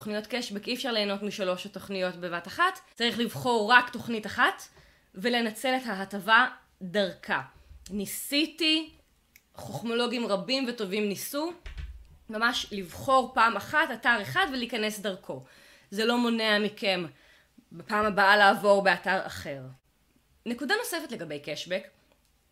תוכניות קשבק אי אפשר ליהנות משלוש תוכניות בבת אחת צריך לבחור רק תוכנית אחת ולנצל את ההטבה דרכה. ניסיתי, חוכמולוגים רבים וטובים ניסו ממש לבחור פעם אחת, אתר אחד, ולהיכנס דרכו. זה לא מונע מכם בפעם הבאה לעבור באתר אחר. נקודה נוספת לגבי קשבק